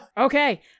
Okay